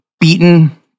beaten